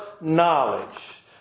knowledge